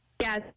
Yes